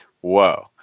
whoa